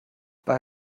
bei